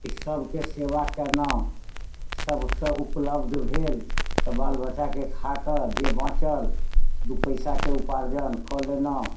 ई सबके सेबा कयलहुॅं सबसऽ उपलब्ध भेल तऽ बालबच्चा के खा कऽ जे बाञ्चल दू पैसाके उपार्जन कऽ लेलहुॅं